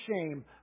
shame